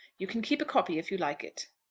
you can keep a copy if you like it.